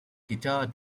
guitar